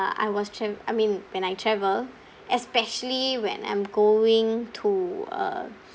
I was trav~ I mean when I travel especially when I'm going to uh